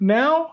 now